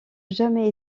jamais